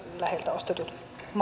läheltä ostetut